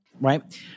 right